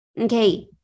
okay